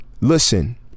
listen